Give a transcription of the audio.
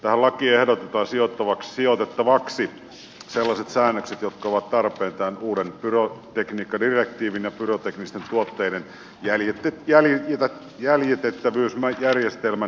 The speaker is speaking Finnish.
tähän lakiin ehdotetaan sijoitettavaksi sellaiset säännökset jotka ovat tarpeen tämän uuden pyrotekniikkadirektiivin ja pyroteknisten tuotteiden jäljitettävyysjärjestelmän perustamisessa